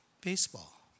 baseball